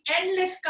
endless